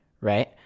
right